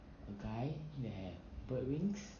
the guy who have bird wings